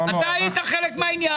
אתה היית חלק מהעניין.